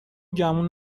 گمون